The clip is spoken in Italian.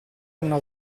una